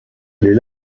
les